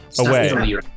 away